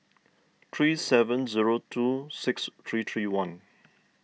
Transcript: three seven zero two six three three one